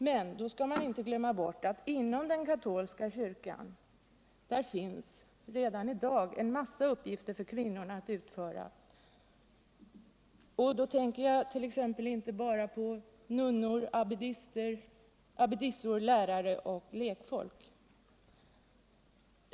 Man skall dock inte glömma bort att det inom den katolska kyrkan redan i dag finns en massa uppgifter för kvinnor. Då tänker jag inte bara på nunnor, abbedissor, lärare och lektolk.